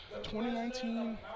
2019